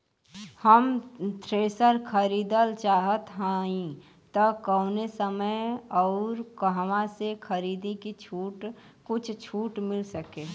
हम थ्रेसर खरीदल चाहत हइं त कवने समय अउर कहवा से खरीदी की कुछ छूट मिल सके?